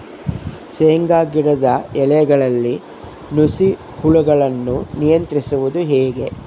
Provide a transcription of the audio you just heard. ಶೇಂಗಾ ಗಿಡದ ಎಲೆಗಳಲ್ಲಿ ನುಷಿ ಹುಳುಗಳನ್ನು ನಿಯಂತ್ರಿಸುವುದು ಹೇಗೆ?